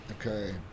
Okay